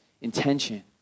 intention